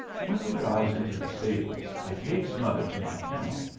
when we drives into the stables i takes mother to my kennel,